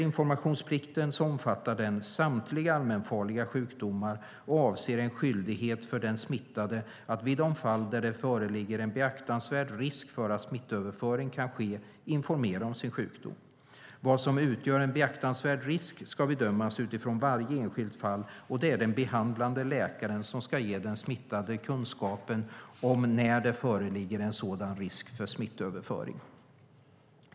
Informationsplikten omfattar samtliga allmänfarliga sjukdomar och avser en skyldighet för den smittade att vid de fall där det föreligger en beaktansvärd risk för att smittöverföring kan ske informera om sin sjukdom. Vad som utgör en beaktansvärd risk ska bedömas utifrån varje enskilt fall, och det är den behandlande läkaren som ska ge den smittade kunskapen om när det föreligger en sådan risk för smittöverföring.